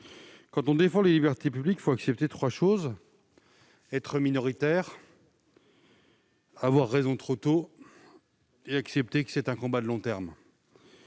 Quand on défend les libertés publiques, il faut accepter trois choses : être minoritaire, avoir raison trop tôt et mener un combat de long terme.